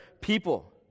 people